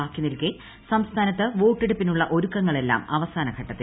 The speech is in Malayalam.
ബാക്കിനിൽക്കെ സംസ്ഫാനത്ത് വോട്ടെടുപ്പിനുള്ള ഒരുക്കങ്ങളെല്ലാം പ്രിൻപ്സാന ഘട്ടത്തിൽ